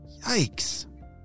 Yikes